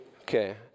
Okay